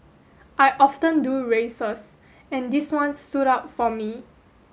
I often do races and this one stood out for me